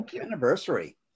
anniversary